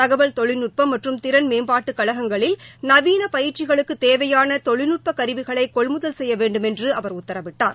தகவல் தொழில்நுட்பம் மற்றும் திறன் மேம்பாட்டு கழகங்களில் நவீன பயிற்சிளுக்குத் தேவையான தொழில்நுட்ப கருவிகளை கொள்முதல் செய்ய வேண்டுமென்று அவர் உத்தரவிட்டார்